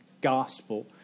gospel